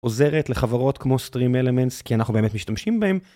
עוזרת לחברות כמו stream elements, כי אנחנו באמת משתמשים בהם.